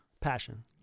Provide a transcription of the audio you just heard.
passion